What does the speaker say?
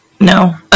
No